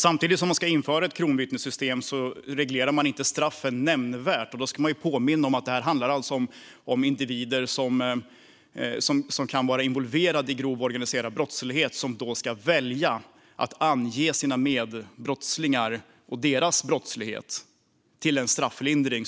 Samtidigt som man ska införa ett kronvittnessystem reglerar man inte straffen nämnvärt. Och då ska jag påminna om att detta alltså handlar om individer som kan vara involverade i grov organiserad brottslighet och som då ska välja att ange sina medbrottslingar och deras brottslighet mot ett erbjudande om strafflindring.